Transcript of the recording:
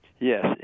Yes